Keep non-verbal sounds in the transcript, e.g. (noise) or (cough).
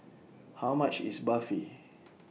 How much IS Barfi (noise)